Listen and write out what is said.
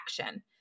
action